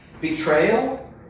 Betrayal